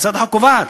הצעת החוק קובעת,